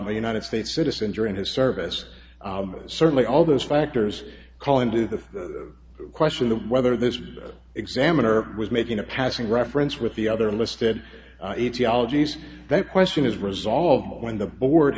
united states citizen during his service certainly all those factors call into the question of whether this examiner was making a passing reference with the other listed etiologies that question is resolved when the board